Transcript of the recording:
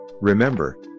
Remember